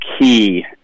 key